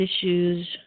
issues